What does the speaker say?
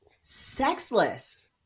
sexless